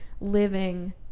living